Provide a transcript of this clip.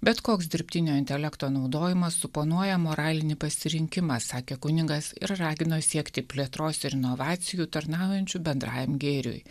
bet koks dirbtinio intelekto naudojimas suponuoja moralinį pasirinkimą sakė kunigas ir ragino siekti plėtros ir inovacijų tarnaujančių bendrajam gėriui